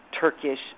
Turkish